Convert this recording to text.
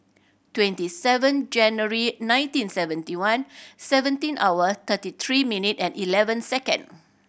twenty seven January nineteen seventy one seventeen hour thirty three minute and eleven second